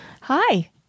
Hi